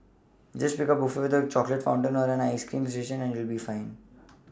just pick a buffet with the chocolate fountain or an ice cream station and you'll be fine